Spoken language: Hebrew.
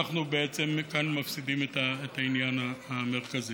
אנחנו בעצם כאן מפסידים את העניין המרכזי.